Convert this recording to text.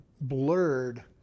blurred